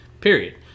period